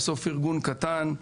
בסוף ארגון קטן.